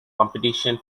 competition